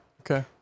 Okay